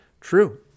True